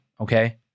okay